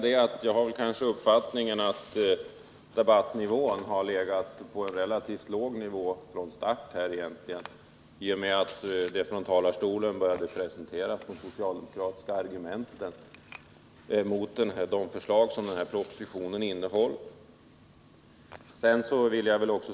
Fru talman! Jag har uppfattningen att debattnivån har legat på relativt låg nivå från debattstarten i och med att oppositionen från talarstolen började presentera de socialdemokratiska argumenten mot de förslag som propositionen innehåller.